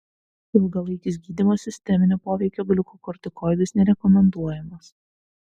ilgalaikis gydymas sisteminio poveikio gliukokortikoidais nerekomenduojamas